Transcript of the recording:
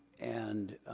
and,